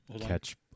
catch